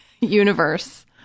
universe